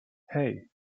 hey